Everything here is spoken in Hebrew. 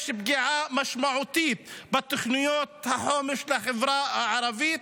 יש בהם פגיעה משמעותית בתוכניות החומש של החברה הערבית,